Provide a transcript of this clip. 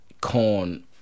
corn